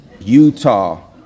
Utah